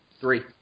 three